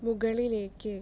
മുകളിലേക്ക്